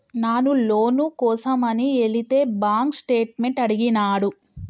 నాను లోను కోసమని ఎలితే బాంక్ స్టేట్మెంట్ అడిగినాడు